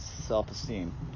self-esteem